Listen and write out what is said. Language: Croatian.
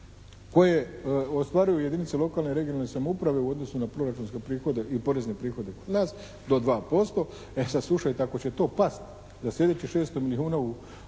koje ostvaruju jedinice lokalne i regionalne samouprave u odnosu na proračunske prihode i porezne prihode kod nas do 2%. E sad slušajte ako će to pasti za sljedećih 600 milijona u